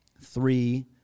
three